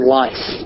life